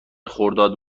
خرداد